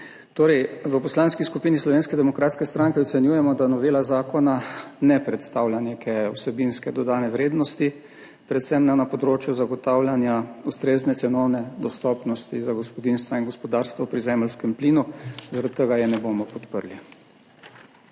V Poslanski skupini Slovenske demokratske stranke ocenjujemo, da novela zakona ne predstavlja neke vsebinske dodane vrednosti predvsem na področju zagotavljanja ustrezne cenovne dostopnosti za gospodinjstva in gospodarstvo pri zemeljskem plinu, zaradi tega je ne bomo podprli.